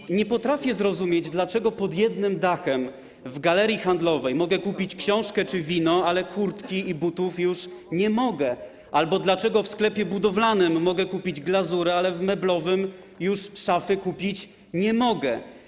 I nie potrafię zrozumieć, dlaczego pod jednym dachem w galerii handlowej mogę kupić książkę czy wino, ale kurtki i butów już nie mogę, albo dlaczego w sklepie budowlanym mogę kupić glazurę, ale w meblowym już szafy kupić nie mogę.